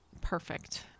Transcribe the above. Perfect